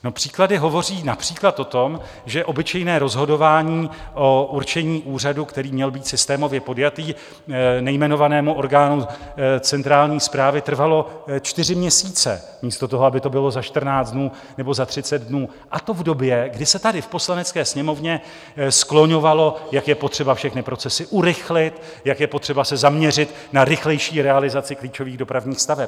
No, příklady hovoří například o tom, že obyčejné rozhodování o určení úřadu, který měl být systémově podjatý, nejmenovanému orgánu centrální správy trvalo čtyři měsíce místo toho, aby to bylo za 14 dnů nebo za 30 dnů, a to v době, kdy se tady v Poslanecké sněmovně skloňovalo, jak je potřeba všechny procesy urychlit, jak je potřeba se zaměřit na rychlejší realizaci klíčových dopravních staveb.